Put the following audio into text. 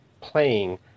playing